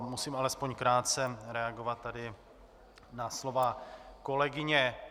Musím alespoň krátce reagovat na slova kolegyně.